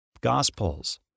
Gospels